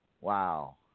Wow